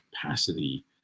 capacity